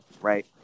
right